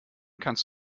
kannst